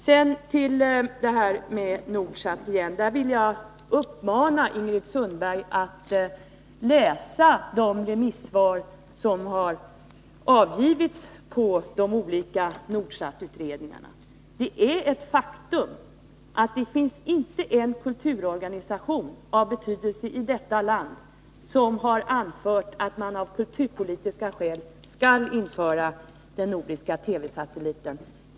När det gäller Nordsat vill jag uppmana Ingrid Sundberg att läsa de remissvar som har avgivits på de olika Nordsatutredningarna. Det är ett faktum att det inte finns en kulturorganisation av betydelse i vårt land som har anfört att man av kulturpolitiska skäl skall införa den nordiska TV-satelliten.